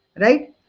Right